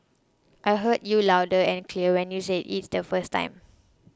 I heard you loud and clear when you said it the first time